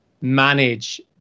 manage